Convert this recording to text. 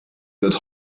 wird